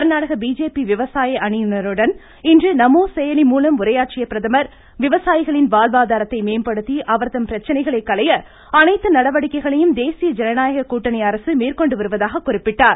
Karnataka BJP விவசாய அணியினருடன் இன்று நமோ செயலி மூலம் உரையாற்றிய பிரதமர் விவசாயிகளின் வாழ்வாதாரத்தை மேம்படுத்தி அவர்தம் பிரச்சனைகளை களைய அனைத்து நடவடிக்கைகளையும் தேசிய ஜனநாயக கூட்டணி அரசு மேற்கொண்டு வருவதாக குறிப்பிட்டார்